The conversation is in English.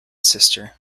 sister